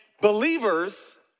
believers